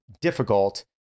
difficult